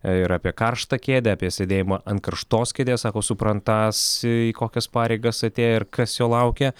ir apie karštą kėdę apie sėdėjimą ant karštos kėdės sako suprantąs į kokias pareigas atėjo ir kas jo laukia